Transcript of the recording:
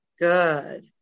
good